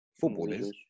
footballers